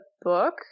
book